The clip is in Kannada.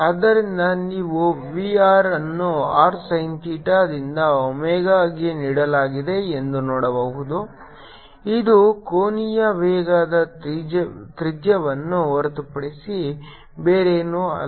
ಆದ್ದರಿಂದ ನೀವು v r ಅನ್ನು r sin ಥೀಟಾದಿಂದ ಒಮೆಗಾಗೆ ನೀಡಲಾಗಿದೆ ಎಂದು ನೋಡಬಹುದು ಇದು ಕೋನೀಯ ವೇಗದ ತ್ರಿಜ್ಯವನ್ನು ಹೊರತುಪಡಿಸಿ ಬೇರೇನೂ ಅಲ್ಲ